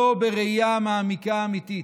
לא בראייה מעמיקה אמיתית.